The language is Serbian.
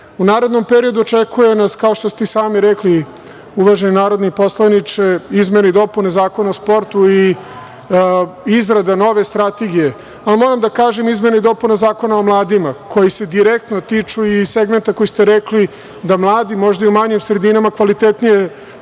narednom periodu očekuju nas, kao što ste i sami rekli, uvaženi narodni poslaniče, izmene i dopune Zakona o sportu i izrada nove strategije. Moram da kažem, izmene i dopune Zakona o mladima koje se direktno tiču i segmenta, koji ste rekli, da mladi možda i u manjim sredinama kvalitetnije provode